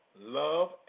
love